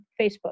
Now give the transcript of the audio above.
Facebook